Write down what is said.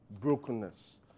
brokenness